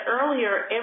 earlier